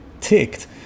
ticked